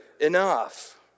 enough